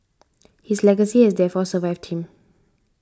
his legacy has therefore survived him